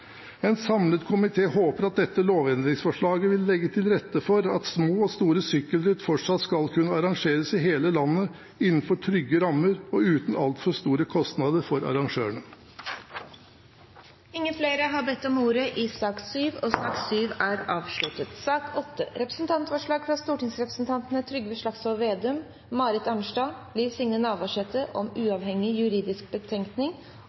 samlet komité håper at dette lovendringsforslaget vil legge til rette for at små og store sykkelritt fortsatt skal kunne arrangeres i hele landet innenfor trygge rammer og uten altfor store kostnader for arrangørene. Flere har ikke bedt om ordet til sak